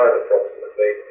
approximately